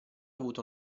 avuto